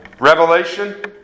revelation